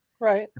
Right